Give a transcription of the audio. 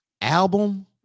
album